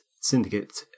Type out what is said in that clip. syndicate